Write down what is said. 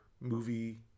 movie